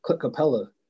Capella